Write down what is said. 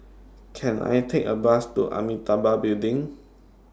Can I Take A Bus to Amitabha Building